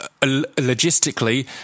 logistically